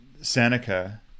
Seneca